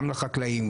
גם לחקלאים,